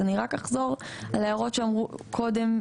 אני אחזור על ההערות שאמרו קודם.